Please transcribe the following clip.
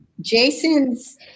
Jason's